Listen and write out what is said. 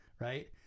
Right